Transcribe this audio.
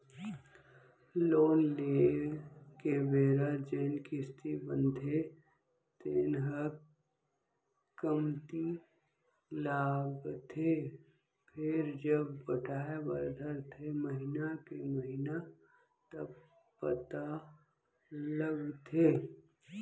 loan लेए के बेरा जेन किस्ती बनथे तेन ह कमती लागथे फेरजब पटाय बर धरथे महिना के महिना तब पता लगथे